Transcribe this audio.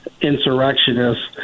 insurrectionists